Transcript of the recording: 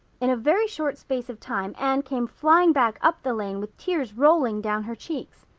in a very short space of time anne came flying back up the lane with tears rolling down her cheeks.